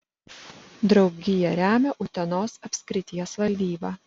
draugiją remia utenos apskrities valdyba